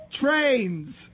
trains